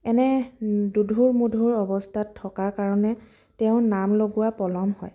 এনে দোধোৰ মোধোৰ অৱস্থাত থকা কাৰণে তেওঁ নাম লগোৱা পলম হয়